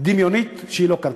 דמיונית שלא קרתה.